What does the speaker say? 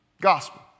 Gospel